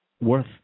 worth